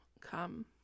come